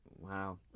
Wow